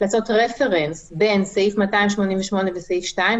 לעשות רפרנס בין סעיף 288 וסעיף 2,